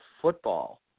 football